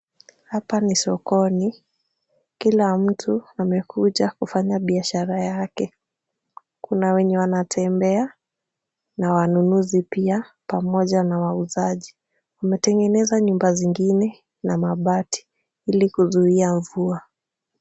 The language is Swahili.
Hapa ni sokoni. Kila mtu amekuja kufanya biashara yake. Kuna wenye wanatembea na wanunuzi pia pamoja na wauzaji. Wametengeneza nyumba zingine na mabati ili kuzuia mvua.